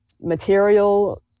material